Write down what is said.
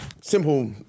Simple